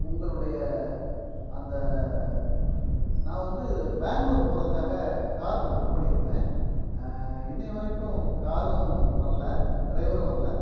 உங்களுடைய அந்த நான் வந்து பெங்களூர் போகிறதுக்காக கார் புக் பண்ணியிருந்தேன் இன்றைய வரைக்கும் காரும் வரல ட்ரைவரும் வரல